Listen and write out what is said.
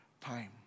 time